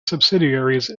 subsidiaries